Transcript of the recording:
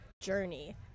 journey